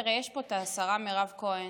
יש פה את השרה מירב כהן,